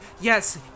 yes